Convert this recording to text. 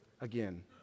again